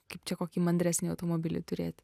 kaip čia kokį mandresnį automobilį turėti